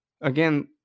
Again